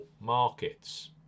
markets